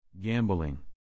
Gambling